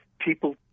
people